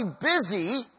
busy